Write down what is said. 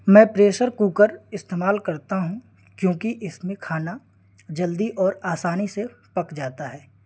میں pressure cooker استعمال کرتا ہوں کیونکہ اس میں کھانا جلدی اور آسانی سے پک جاتا ہے